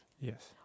Yes